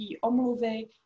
omluvy